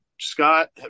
Scott